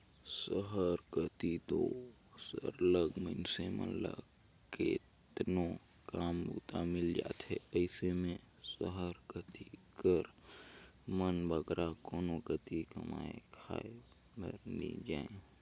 सहर कती दो सरलग मइनसे मन ल केतनो काम बूता मिल जाथे अइसे में सहर कती कर मन बगरा कोनो कती कमाए खाए बर नी जांए